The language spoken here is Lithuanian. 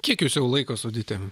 kiek jūs jau laiko su ditėm